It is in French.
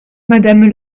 madame